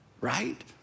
right